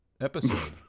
episode